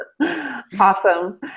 Awesome